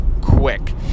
quick